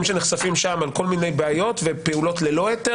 שנחשפים שם על כל מיני בעיות ופעולות ללא היתר,